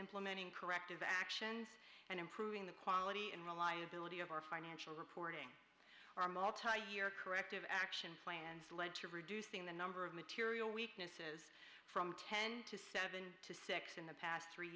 implementing corrective action and improving the quality and reliability of our financial reporting our multiple year corrective action plans lead to reducing the number of material weaknesses from ten to seven to six in the past three